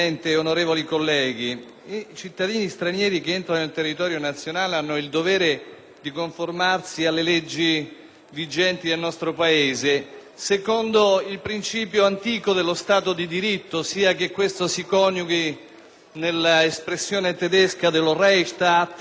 vigenti del nostro Paese secondo il principio antico dello Stato di diritto, sia che questo si coniughi nell'espressione tedesca del *Rechtsstaat* o dello Stato di diritto francese o italiano, l'*État de droit*, o dello Stato di diritto inglese, *the Rule of law*.